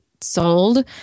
sold